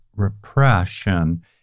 repression